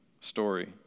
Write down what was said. story